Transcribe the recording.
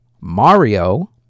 Mario